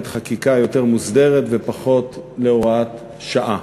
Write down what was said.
חקיקה יותר מוסדרת ופחות להוראת שעה.